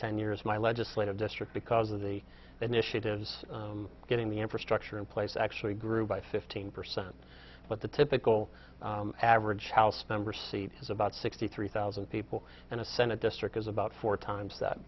ten years my legislative district because of the initiatives getting the infrastructure in place actually grew by fifteen percent but the typical average house member seat has about sixty three thousand people and a senate district has about four times that